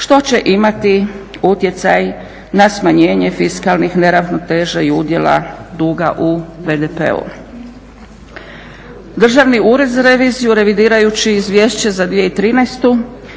što će imati utjecaj na smanjenje fiskalnih neravnoteža i udjela duga u BDP-u. Državni ured za reviziju revidirajući Izvješće za 2013.